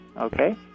okay